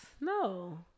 No